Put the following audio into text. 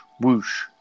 whoosh